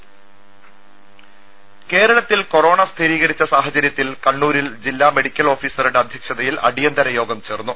ദേദ കേരളത്തിൽ കൊറോണ സ്ഥിരീകരിച്ച സാഹചര്യത്തിൽ കണ്ണൂരിൽ ജില്ലാ മെഡിക്കൽ ഓഫീസറുടെ അധ്യക്ഷതയിൽ അടിയന്തിര യോഗം ചേർന്നു